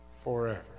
forever